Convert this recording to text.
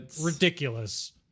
ridiculous